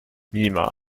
niemals